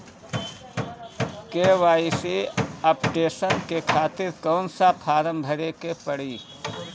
KYC updation के खातिर कौन सा फारम भरे के पड़ी?